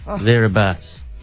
Thereabouts